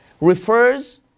refers